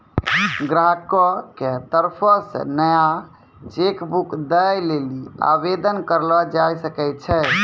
ग्राहको के तरफो से नया चेक बुक दै लेली आवेदन करलो जाय सकै छै